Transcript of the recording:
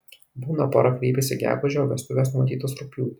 būna pora kreipiasi gegužę o vestuvės numatytos rugpjūtį